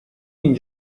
min